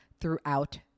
throughout